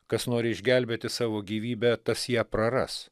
kas nori išgelbėti savo gyvybę tas ją praras